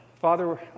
Father